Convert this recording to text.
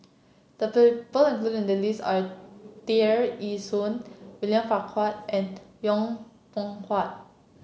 the people included in the list are Tear Ee Soon William Farquhar and Yong Pung How